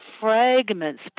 fragments